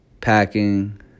packing